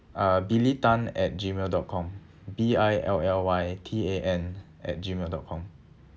uh billy tan at gmail dot com B I L L Y T A N at gmail dot com